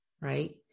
right